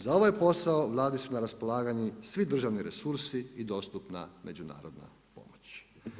Za ovaj posao Vladi su na raspolaganju svi državi resursi i dostupna međunarodna pomoć.